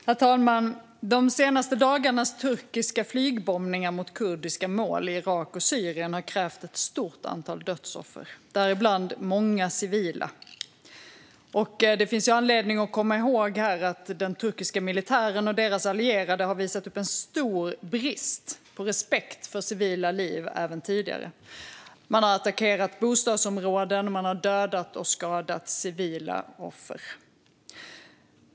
Herr talman! De senaste dagarnas turkiska flygbombningar mot kurdiska mål i Irak och Syrien har krävt ett stort antal dödsoffer, däribland många civila. Det finns anledning att komma ihåg att den turkiska militären och deras allierade även tidigare har visat stor brist på respekt för civila liv. Man har attackerat bostadsområden. Man har dödat och skadat civila offer.